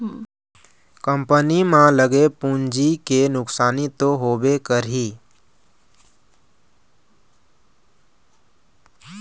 company म लगे पूंजी के नुकसानी तो होबे करही